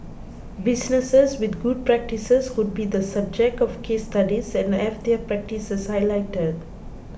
businesses with good practices could be the subject of case studies and have their practices highlighted